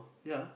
yeah